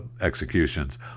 executions